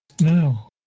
No